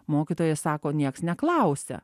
mokytojai sako nieks neklausia